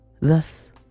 thus